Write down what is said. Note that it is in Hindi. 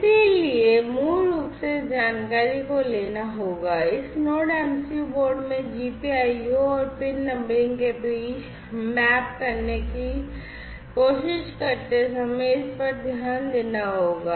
इसलिए मूल रूप से इस जानकारी को लेना होगा इस नोड MCU बोर्ड में GPIO और पिन नंबरिंग के बीच मैप करने की कोशिश करते समय इस पर ध्यान देना होगा